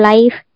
Life